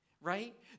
right